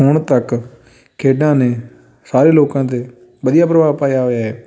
ਹੁਣ ਤੱਕ ਖੇਡਾਂ ਨੇ ਸਾਰੇ ਲੋਕਾਂ 'ਤੇ ਵਧੀਆ ਪ੍ਰਭਾਵ ਪਾਇਆ ਹੋਇਆ ਏ